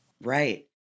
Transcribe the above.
right